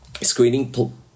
screening